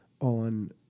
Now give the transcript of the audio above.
on